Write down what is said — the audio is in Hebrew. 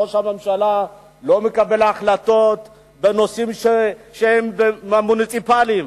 ראש הממשלה לא מקבל החלטות בנושאים שהם מוניציפליים,